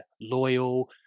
loyal